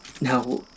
Now